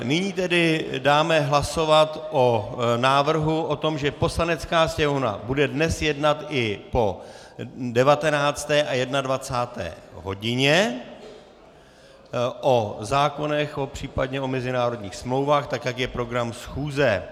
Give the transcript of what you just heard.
Nyní tedy dám hlasovat o návrhu o tom, že Poslanecká sněmovna bude dnes jednat i po 19. a 21. hodině o zákonech, případně o mezinárodních smlouvách tak, jak je program schůze.